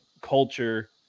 culture